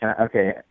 Okay